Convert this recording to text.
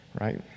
Right